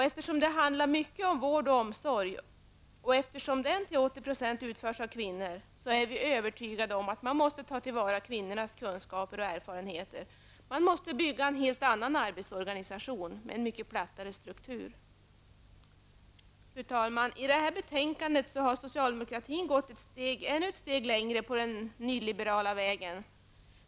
Eftersom det handlar mycket om vård och omsorg och eftersom vården och omsorgen till 80 % utförs av kvinnor, är vi övertygade om att man måste ta till vara kvinnornas kunskaper och erfarenheter. Man måste bygga en helt annan arbetsorganisation med en mycket plattare struktur. Fru talman! I det här betänkandet går socialdemokratin ännu ett steg längre på den nyliberala vägen.